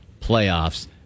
playoffs